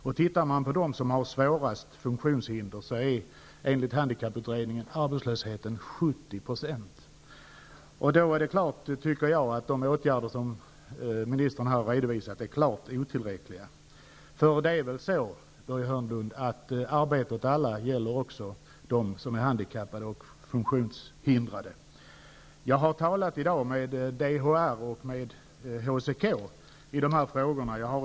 Bland dem som har svårast funktionshinder är arbetslösheten De åtgärder som ministern här redovisar är klart otillräckliga. ''Arbete åt alla'' gäller väl även för dem som är handikappade och funktionshindrade, Jag har i dag talat med representanter för DHR och HCK.